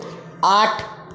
আট